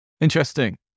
Interesting